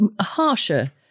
harsher